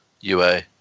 UA